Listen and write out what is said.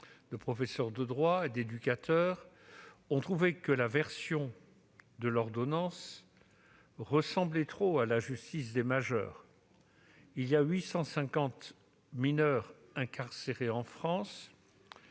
de professeurs de droit et d'éducateurs ont trouvé que la version de l'ordonnance ressemblait trop à la justice des majeurs. Il y a 850 mineurs incarcérés en France.